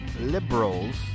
liberals